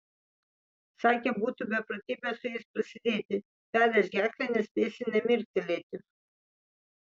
sakė būtų beprotybė su jais prasidėti perrėš gerklę nespėsi nė mirktelėti